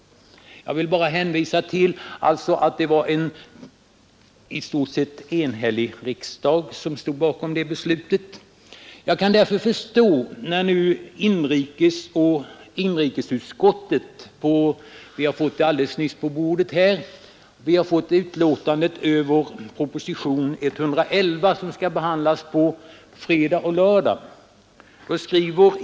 Jag vill hänvisa till att en i stort sett enig riksdag stod bakom det beslutet. Vi har alldeles nyss på bordet fått inrikesutskottets betänkande över propositionen 111, som skall behandlas på fredag och lördag.